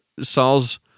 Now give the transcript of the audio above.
Saul's